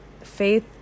faith